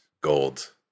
gold